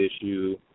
issue